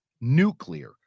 nuclear